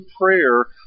prayer